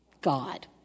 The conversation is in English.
God